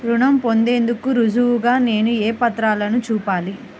రుణం పొందేందుకు రుజువుగా నేను ఏ పత్రాలను చూపాలి?